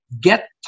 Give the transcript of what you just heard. get